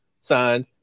signed